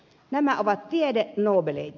nämä ovat tiede nobeleita